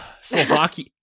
Slovakia